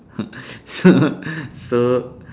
so so